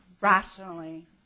rationally